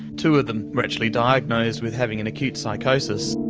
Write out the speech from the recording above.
two of them were actually diagnosed with having an acute psychosis.